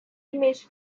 image